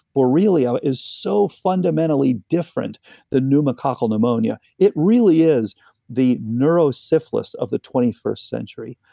borrelia is so fundamentally different the pneumococcal pneumonia it really is the neuro-syphilis of the twenty first century.